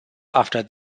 after